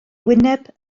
wyneb